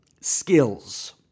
skills